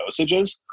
dosages